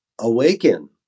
awaken